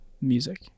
music